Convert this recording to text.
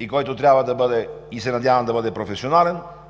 и който трябва да бъде, и се надявам да бъде, професионален,